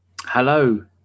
Hello